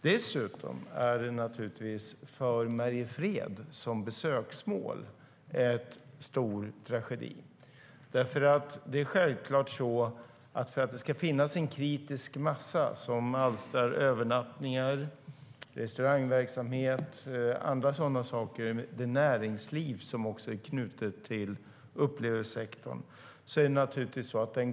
Dessutom är det en stor tragedi för Mariefred som besöksmål.